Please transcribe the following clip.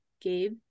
Gabe